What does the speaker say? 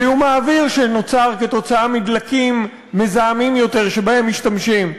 זיהום האוויר שנוצר כתוצאה מדלקים מזהמים יותר שבהם משתמשים,